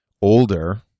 older